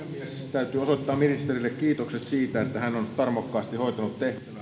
täytyy osoittaa ministerille kiitokset siitä että hän on tarmokkaasti hoitanut